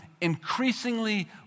increasingly